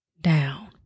down